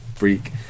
freak